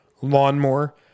lawnmower